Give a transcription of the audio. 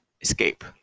escape